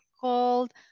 called